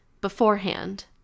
beforehand